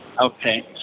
Okay